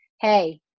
hey